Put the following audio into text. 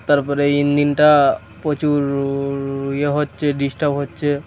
তার পরে এই ইঞ্জিনটা প্রচুর ইয়ে হচ্ছে ডিস্টার্ব হচ্ছে